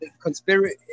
conspiracy